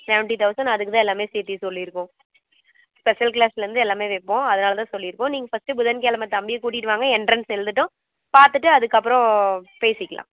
seventy thousand அதுக்கு தான் எல்லாமே சேர்த்தி சொல்லிருக்கோம் ஸ்பெஷல் கிளாஸ்லேந்து எல்லாமே வைப்போம் அதனால தான் சொல்லிருக்கோம் நீங்கள் ஃபர்ஸ்ட்டு புதன் கிழம தம்பியை கூட்டிகிட்டு வாங்க எண்ட்ரன்ஸ் எழுதட்டும் பார்த்துட்டு அதற்கப்றோம் பேசிக்கலாம்